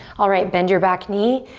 alright, bend your back knee,